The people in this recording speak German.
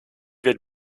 wird